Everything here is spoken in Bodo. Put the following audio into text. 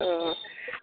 औ